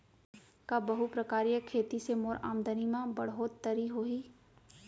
का बहुप्रकारिय खेती से मोर आमदनी म बढ़होत्तरी होही?